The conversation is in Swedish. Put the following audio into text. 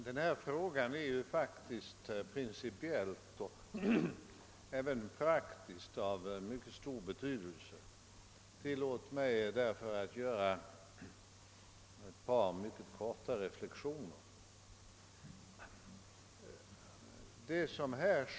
Herr talman! Denna fråga är principiellt och även praktiskt av mycket stor betydelse. Tillåt mig därför att göra ett par mycket korta reflexioner.